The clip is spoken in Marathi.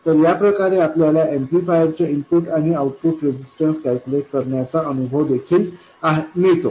तर या प्रकारे आपल्याला एम्पलीफायर च्या इनपुट आणि आउटपुट रेजिस्टन्स कॅल्क्युलेट करण्याचा अनुभव देखील मिळतो